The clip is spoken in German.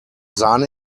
sahne